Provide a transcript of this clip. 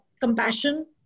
compassion